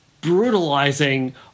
brutalizing